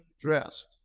dressed